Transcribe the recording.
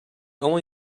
only